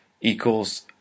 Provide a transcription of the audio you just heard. equals